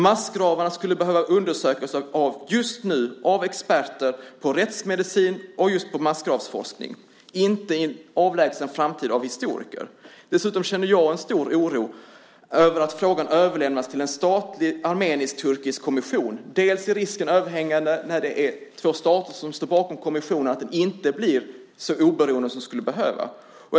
Massgravarna skulle behöva undersökas just nu av experter på rättsmedicin och massgravsforskning, inte i en avlägsen framtid av historiker. Dessutom känner jag en stor oro över att frågan överlämnas till en statlig armenisk-turkisk kommission. Risken är överhängande när det är två stater som står bakom kommissionen att denna inte blir så oberoende som den skulle behöva vara.